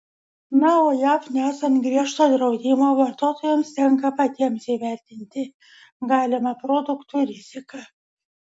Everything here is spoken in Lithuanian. na o jav nesant griežto draudimo vartotojams tenka patiems įvertinti galimą produktų riziką